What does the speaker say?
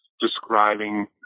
describing